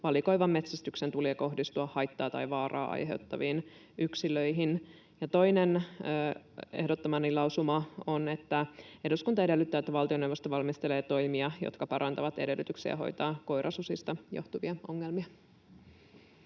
valikoivan metsästyksen tulee kohdistua haittaa tai vaaraa aiheuttaviin yksilöihin.” Toinen ehdottamani lausuma on: ”Eduskunta edellyttää, että valtioneuvosto valmistelee toimia, jotka parantavat edellytyksiä hoitaa koirasusista johtuvia ongelmia.”